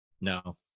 No